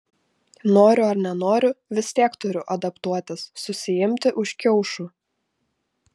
noriu ar nenoriu vis tiek turiu adaptuotis susiimti už kiaušų